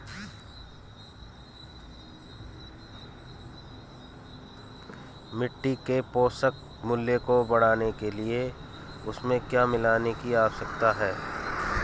मिट्टी के पोषक मूल्य को बढ़ाने के लिए उसमें क्या मिलाने की आवश्यकता है?